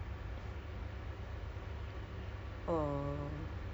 a'ah lah all the way ah tengok macam mana I think